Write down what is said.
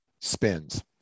spins